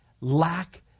lack